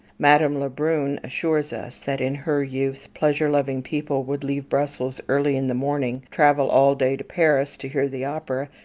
madame le brun assures us that, in her youth, pleasure-loving people would leave brussels early in the morning, travel all day to paris, to hear the opera,